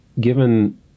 given